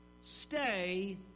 stay